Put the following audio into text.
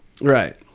Right